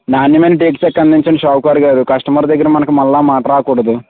నాణ్యమయిన టేకు చెక్క అందించండీ షావుకార్ గారు కస్టమర్ దగ్గర మనకి మళ్ళా మాట రాకూడదు